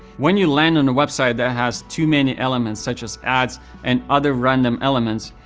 when you land on the website that has too many elements such as ads and other random elements,